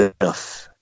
enough